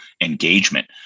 engagement